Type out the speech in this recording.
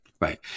right